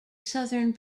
southern